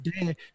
dad